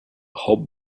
hope